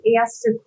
asked